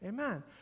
Amen